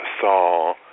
saw